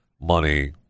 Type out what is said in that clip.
money –